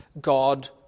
God